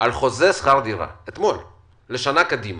על חוזה שכר דירה לשנה קדימה.